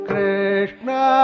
Krishna